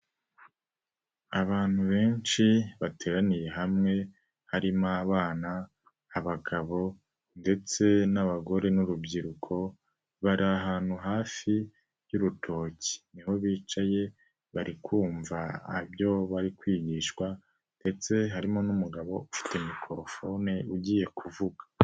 Abantu benshi bateraniye hamwe harimo abana, abagabo ndetse n'abagore n'urubyiruko, bari ahantu hafi y'urutoki ni ho bicaye bari kumva ibyo bari kwigishwa ndetse harimo n'umugabo ufite mikorofone ugiye kuvuga.